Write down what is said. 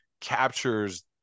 captures